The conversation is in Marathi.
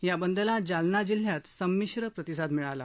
या बंदला जालना जिल्ह्यात संमिश्र प्रतिसाद मिळाला